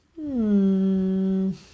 -hmm